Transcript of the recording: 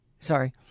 sorry